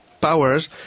powers